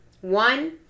One